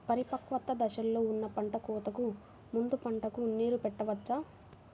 పరిపక్వత దశలో ఉన్న పంట కోతకు ముందు పంటకు నీరు పెట్టవచ్చా?